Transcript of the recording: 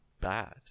bad